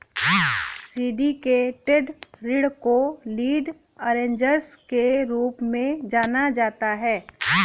syndicated ऋण को lead arrangers के रूप में जाना जाता है